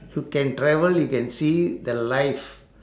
you can travel you can see the life